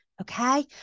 okay